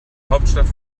hauptstadt